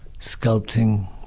sculpting